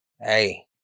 hey